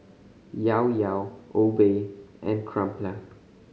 Llao Llao Obey and Crumpler